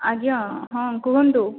ଆଜ୍ଞା ହଁ କୁହନ୍ତୁ